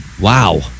Wow